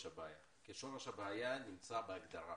הבעיה כי שורש הבעיה נמצא בהגדרה.